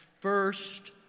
first